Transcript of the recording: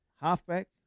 halfback